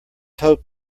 hope